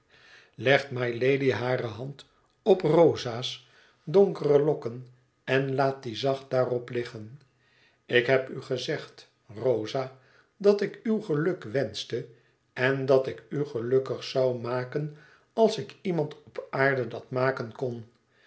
legt mylady hare hand op rosa's donkere lokken en laat die zacht daarop liggen ik heb u gezegd rosa dat ik uw geluk wenschte en dat ik u gelukkig zou maken als ik iemand op aarde dat maken kon